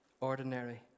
ordinary